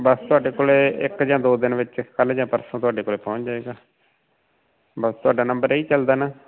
ਬਸ ਤੁਹਾਡੇ ਕੋਲੇ ਇੱਕ ਜਾਂ ਦੋ ਦਿਨ ਵਿੱਚ ਕੱਲ ਜਾਂ ਪਰਸੋਂ ਤੁਹਾਡੇ ਕੋਲੇ ਪਹੁੰਚ ਜਾਏਗਾ ਬਸ ਤੁਹਾਡਾ ਨੰਬਰ ਇਹੀ ਚਲਦਾ ਨਾ